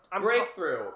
Breakthrough